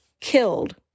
killed